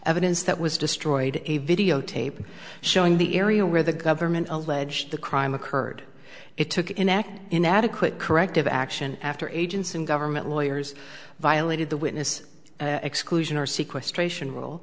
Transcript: evidence that was destroyed a videotape showing the area where the government alleged the crime occurred it took an act inadequate corrective action after agents and government lawyers violated the witness exclusion or seaquest ration r